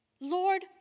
Lord